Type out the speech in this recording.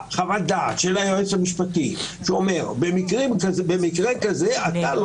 חוות-דעת של היועץ המשפטי שאומרת שבמקרה כזה אתה,